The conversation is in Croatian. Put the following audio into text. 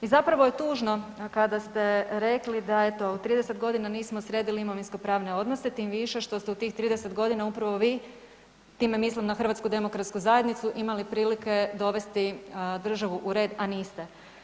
I zapravo je tužno kada ste rekli da eto, u 30 g. nismo sredili imovinsko-pravne odnose tim više što ste u tih 30 g. upravo bi, time mislim na HDZ, imali prilike dovesti državu u red a niste.